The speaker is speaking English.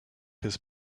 his